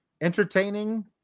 entertaining